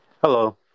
Hello